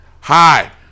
Hi